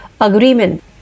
agreement